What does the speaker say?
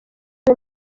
abe